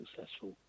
successful